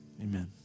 Amen